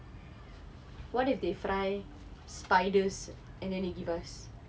what if they fry spiders and then they give us